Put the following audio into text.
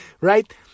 Right